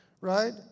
right